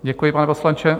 Děkuji, pane poslanče.